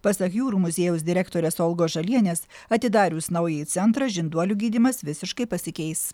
pasak jūrų muziejaus direktorės olgos žalienės atidarius naująjį centrą žinduolių gydymas visiškai pasikeis